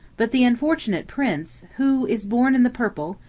but the unfortunate prince, who is born in the purple,